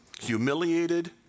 humiliated